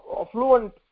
affluent